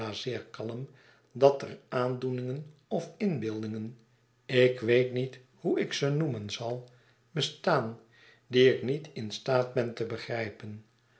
kalm dat er aandoeningen of inbeeldingen ik weet niet hoe ik ze noemen zal bestaan die ik niet in staat ben te begrijpen